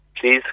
please